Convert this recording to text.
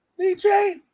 DJ